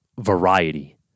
variety